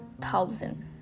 thousand